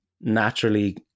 naturally